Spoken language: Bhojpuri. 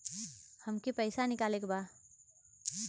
हमके पैसा निकाले के बा